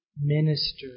minister